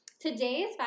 today's